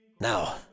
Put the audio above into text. Now